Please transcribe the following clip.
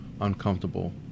uncomfortable